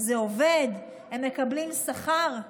זה עובד, הם מקבלים שכר,